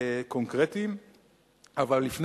האם אפשר לייעל את חלוקת הנטל בחברה הישראלית,